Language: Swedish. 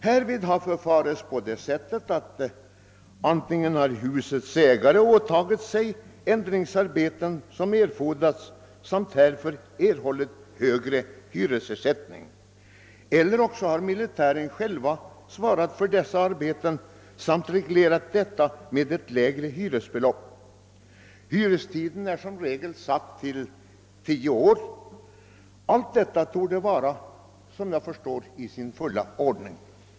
Därför har förfarits på det sättet att antingen har husets ägare åtagit sig ändringsarbeten som erfordrats samt härför erhållit högre hyresersättning, eller också har militären själv svarat för dessa arbeten samt reglerat detta med ett lägre hyresbelopp. Hyrestiden är som regel satt till tio år. Allt detta torde, efter vad jag förstår, vara i sin fulla ordning.